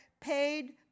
Paid